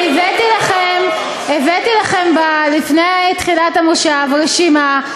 אני הבאתי לכם לפני תחילת המושב רשימה,